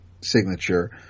signature